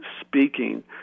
speaking